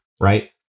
right